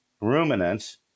ruminants